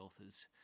author's